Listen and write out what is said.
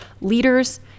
leaders